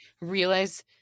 realize